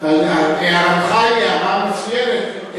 הערתך היא הערה מצוינת,